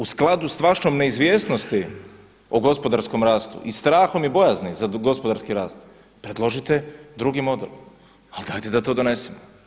U skladu sa vašom neizvjesnosti o gospodarskom rastu i strahom i bojazni za gospodarski rast, predložite drugi model, ali dajte da to donesemo.